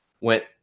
went –